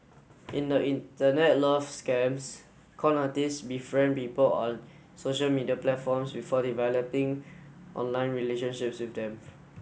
in the Internet love scams con artist befriend people on social media platforms before developing online relationships with them